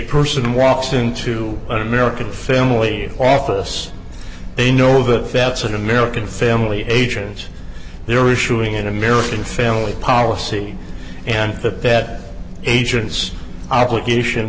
person walks into an american family office they know that vets an american family agency they're issuing an american family policy and the bed agents obligation